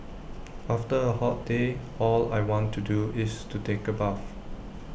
after A hot day all I want to do is to take A bath